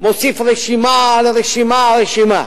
מוסיף רשימה על רשימה על רשימה.